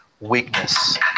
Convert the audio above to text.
weakness